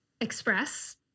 express